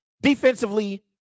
Defensively